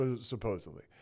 supposedly